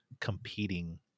competing